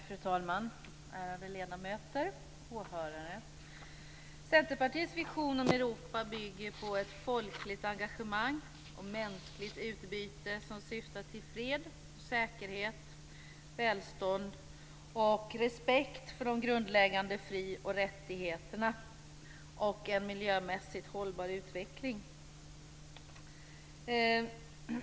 Fru talman! Ärade ledamöter, åhörare! Centerpartiets vision om Europa bygger på ett folkligt engagemang och mänskligt utbyte som syftar till fred, säkerhet, välstånd och respekt för de grundläggande frioch rättigheterna och en miljömässigt hållbar utveckling.